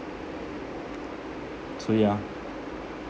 so yeah